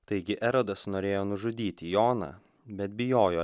taigi erodas norėjo nužudyti joną bet bijojo